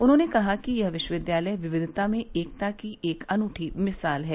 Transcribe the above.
उन्होंने कहा कि यह विश्वविद्यालय विविधता में एकता की एक अनुठी मिसाल है